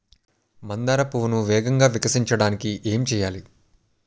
మందార పువ్వును వేగంగా వికసించడానికి ఏం చేయాలి?